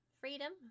Freedom